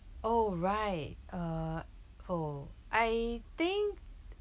oh right uh oh I think